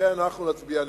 לכן אנחנו נצביע נגדה.